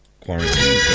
Quarantine